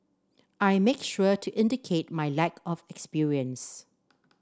I make sure to indicate my lack of experience